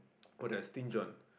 what do I stinge on